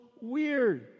weird